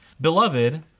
Beloved